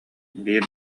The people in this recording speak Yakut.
биир